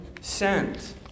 sent